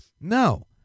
no